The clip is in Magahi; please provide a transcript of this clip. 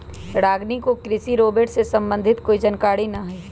रागिनी को कृषि रोबोट से संबंधित कोई जानकारी नहीं है